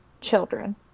children